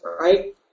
right